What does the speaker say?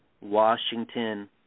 Washington